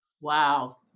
Wow